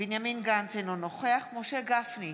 בנימין גנץ, אינו נוכח משה גפני,